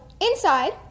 inside